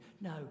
No